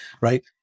right